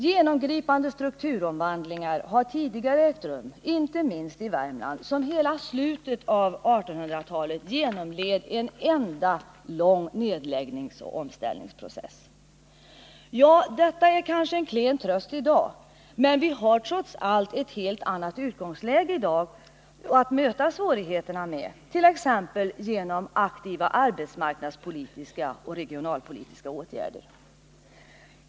Genomgripande strukturomvandlingar har tidigare ägt rum, inte minst i Värmland, som under hela slutet av 1800-talet genomled en enda lång nedläggningsoch omställningsprocess. Detta är kanske en klen tröst i dag, men vi har nu trots allt ett helt annat utgångsläge för att möta svårigheterna, t.ex. genom aktiva arbetsmarknadspolitiska och regionalpolitiska åtgärder.